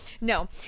No